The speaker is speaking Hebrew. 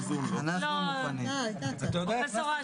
פרופ' אש,